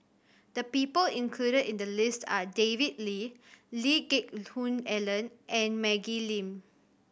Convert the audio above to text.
the people included in the list are David Lee Lee Geck Hoon Ellen and Maggie Lim